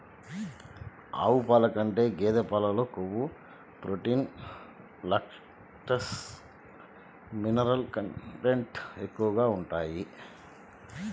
ఆవు పాల కంటే గేదె పాలలో కొవ్వు, ప్రోటీన్, లాక్టోస్, మినరల్ కంటెంట్ ఎక్కువగా ఉంటాయి